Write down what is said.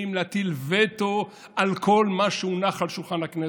להטיל וטו על כל מה שהונח על שולחן הכנסת,